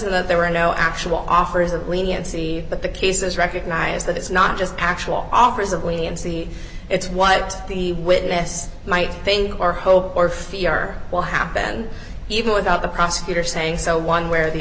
in that there were no actual offers of leniency but the cases recognize that it's not just actual offers of leniency it's what the witness might think or hope or fiar will happen even without the prosecutor saying so one w